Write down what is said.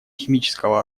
химического